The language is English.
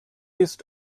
east